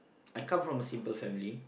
I come from a simple family